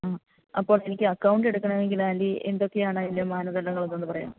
ആ അപ്പോൾ എനിക്ക് അക്കൌണ്ട് എടുക്കണമെങ്കിൽ ആന്റി എന്തൊക്കെയാണ് അതിന്റെ മാനദണ്ഡങ്ങൾ എന്നൊന്നു പറയാമോ